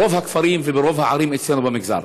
ברוב הכפרים וברוב הערים אצלנו במגזר.